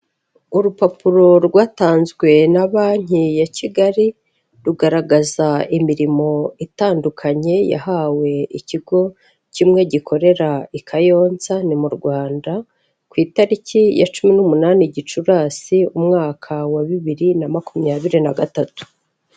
Urupapuro rwatanzwe na banki ya Kigali rugaragaza imirimo itandukanye yahawe ikigo kimwe gikorera i Kayonza ni mu Rwanda, ku itariki ya cumi n'umunani Gicurasi umwaka wa bibiri na makumyabiri na gatatu.